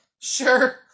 Sure